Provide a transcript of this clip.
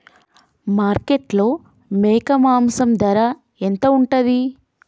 మార్కెట్లో మేక మాంసం ధర ఎంత ఉంటది?